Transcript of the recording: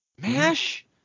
Mash